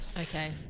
Okay